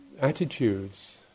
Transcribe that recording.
attitudes